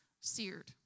seared